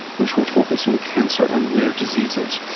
which will focus on cancer and rare diseases.